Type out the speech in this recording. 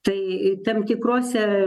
tai tam tikruose